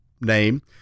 name